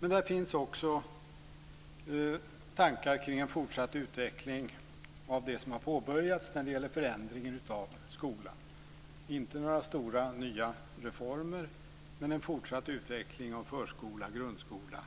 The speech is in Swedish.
Men där finns också tankar kring en fortsatt utveckling av det som har påbörjats när det gäller förändringen av skolan. Det är inte några stora och nya reformer men en fortsatt utveckling av förskolan, grundskolan,